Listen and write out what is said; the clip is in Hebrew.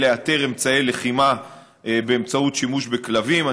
לאתר אמצעי לחימה באמצעות שימוש בכלבים.